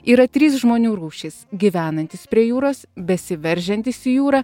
yra trys žmonių rūšys gyvenantys prie jūros besiveržiantys į jūrą